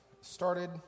started